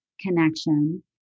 connection